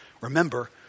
Remember